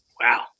Wow